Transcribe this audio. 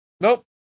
Nope